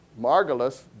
Margulis